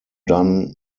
done